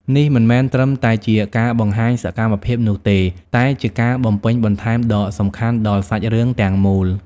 នេះមិនមែនត្រឹមតែជាការបង្ហាញសកម្មភាពនោះទេ តែជាការបំពេញបន្ថែមដ៏សំខាន់ដល់សាច់រឿងទាំងមូល។